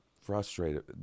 frustrated